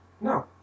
No